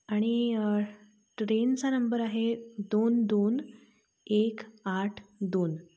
आणि ट्रेनचा नंबर आहे दोन दोन एक आठ दोन